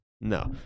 No